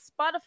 Spotify